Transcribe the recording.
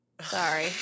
Sorry